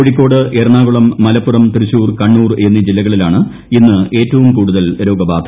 കോഴിക്കോട് എറണാകുളം മലപ്പുറം തൃശൂർ കണ്ണൂർ എന്നീ ജില്ലകളിലാണ് ഇന്ന് ഏറ്റവും കൂടുതൽ രോഗബാധ